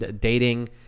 Dating